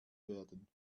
werden